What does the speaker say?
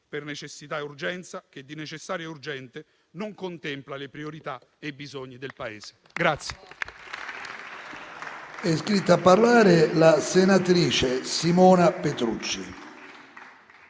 per necessità e urgenza, ma che di necessario e urgente non contempla le priorità e i bisogni del Paese.